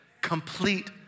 complete